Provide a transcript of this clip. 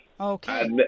Okay